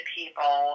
people